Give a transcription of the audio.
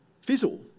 fizzle